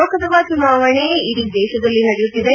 ಲೋಕಸಭಾ ಚುನಾವಣೆ ಇಡೀ ದೇಶದಲ್ಲಿ ನಡೆಯುತ್ತಿದೆ